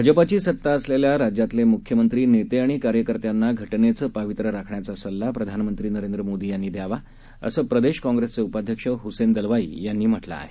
भाजपाची सत्ता असलेल्या राज्यातले मुख्यमंत्री नेते आणि कार्यकर्त्यांना घटनेचं पावित्र्य राखण्याचा सल्ला प्रधानमंत्री नरेंद्र मोदी यांनी द्यावा असं प्रदेश काँग्रेसचे उपाध्यक्ष हुसेन दलवाई यांनी म्हटलं आहे